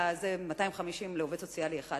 250 על עובד סוציאלי אחד,